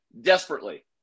desperately